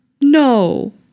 no